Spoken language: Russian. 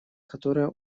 которое